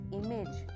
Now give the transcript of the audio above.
image